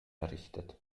errichtet